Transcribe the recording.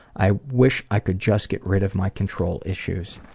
i wish i could just get rid of my control issues.